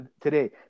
today